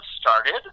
started